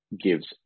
gives